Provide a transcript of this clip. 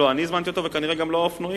לא אני הזמנתי אותו, וכנראה גם לא האופנועים.